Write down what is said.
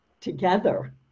together